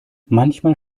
manchmal